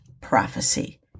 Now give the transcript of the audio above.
prophecy